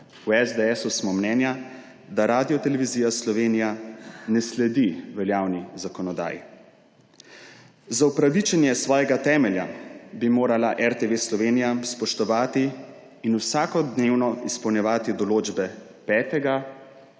V SDS smo mnenja, da Radiotelevizija Slovenija ne sledi veljavni zakonodaji. Za upravičenje svojega temelja bi morala RTV Slovenija spoštovati in vsakodnevno izpolnjevati določbe 5.